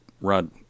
Rod